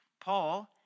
Paul